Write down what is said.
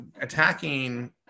attacking